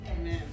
Amen